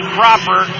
proper